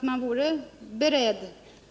Om man vore beredd